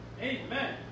Amen